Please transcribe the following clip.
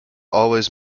always